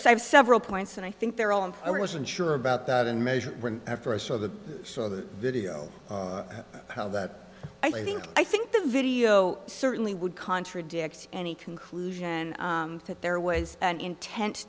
several points and i think they're all and i wasn't sure about that in measure when i first saw the saw the video now that i think i think the video certainly would contradict any conclusion that there was an intent